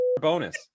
bonus